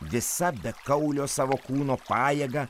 visa bekaulio savo kūno pajėga